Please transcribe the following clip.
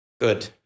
Good